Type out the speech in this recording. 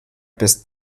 bis